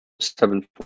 seven